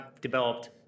developed